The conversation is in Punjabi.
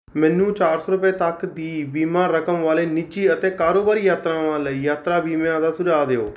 ਮੈਨੂੰ ਚਾਰ ਸੌ ਰੁਪਏ ਤੱਕ ਦੀ ਬੀਮਾ ਰਕਮ ਵਾਲੇ ਨਿੱਜੀ ਅਤੇ ਕਾਰੋਬਾਰੀ ਯਾਤਰਾਵਾਂ ਲਈ ਯਾਤਰਾ ਬੀਮਿਆਂ ਦਾ ਸੁਝਾਅ ਦਿਓ